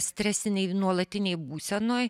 stresinėj nuolatinėj būsenoj